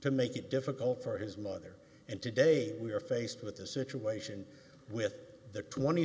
to make it difficult for his mother and today we are faced with a situation with the tw